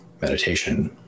meditation